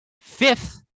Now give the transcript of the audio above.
fifth